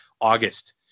august